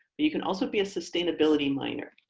but you can also be a sustainability minor.